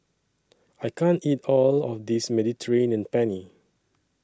I can't eat All of This Mediterranean Penne